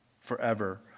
forever